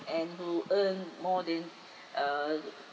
and who earn more than uh